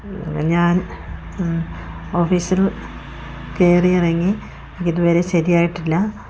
ഞാൻ ഓഫീസിൽ കയറി ഇറങ്ങി ഇതുവരെ ശരിയായിട്ടില്ല